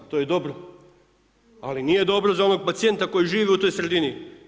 To je dobro ali nije dobro za ovog pacijenta koji živi u toj sredini.